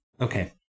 Okay